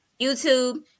YouTube